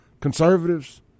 conservatives